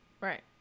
Right